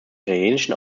italienischen